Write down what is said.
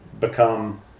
become